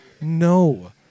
no